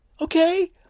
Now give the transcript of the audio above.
Okay